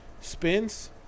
spins